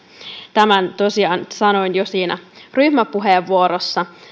tämän tosiaan sanoin jo siinä ryhmäpuheenvuorossa